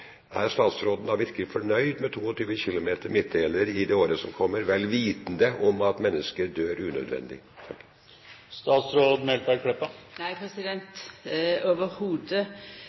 Er statsråden da virkelig fornøyd med 22 km midtdeler i det året som kommer, vel vitende om at mennesker dør unødvendig?